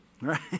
Right